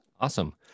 Awesome